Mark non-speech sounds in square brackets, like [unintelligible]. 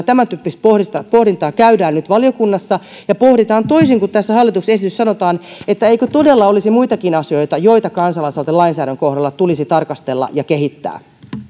[unintelligible] tämäntyyppistä pohdintaa pohdintaa käydään nyt valiokunnassa ja pohditaan toisin kuin tässä hallituksen esityksessä sanotaan että eikö todella olisi muitakin asioita joita kansalaisaloitelainsäädännön kohdalla tulisi tarkastella ja kehittää